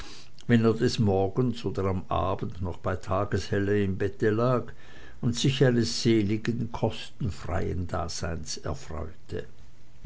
wenn er des morgens oder am abend noch bei tageshelle im bette lag und sich eines seligen kostenfreien daseins erfreute